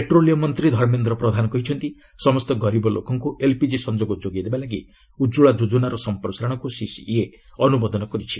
petroleum ମନ୍ତ୍ରୀ ଧର୍ମେନ୍ଦ୍ର ପ୍ରଧାନ କହିଛନ୍ତି ସମସ୍ତ ଗରିବ ଲୋକଙ୍କୁ ଏଲ୍ପିକ୍ ସଂଯୋଗ ଯୋଗାଇଦେବା ଲାଗି ଉଜ୍ଜଳା ଯୋଚ୍ଚନାର ସମ୍ପ୍ରସାରଣକୁ ସିସିଇଏ ଅନୁମୋଦନ କରିଛି